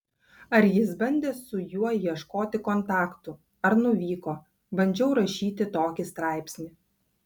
ar jis bandė su juo ieškoti kontaktų ar nuvyko bandžiau rašyti tokį straipsnį